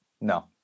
no